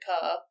car